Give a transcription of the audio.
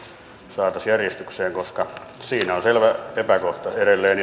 saataisiin järjestykseen koska siinä on selvä epäkohta edelleen